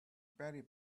berry